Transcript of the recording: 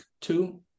two